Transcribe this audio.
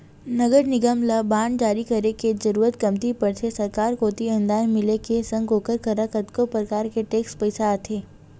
नगर निगम ल बांड जारी करे के जरुरत कमती पड़थे सरकार कोती अनुदान मिले के संग ओखर करा कतको परकार के टेक्स पइसा आथे